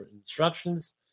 instructions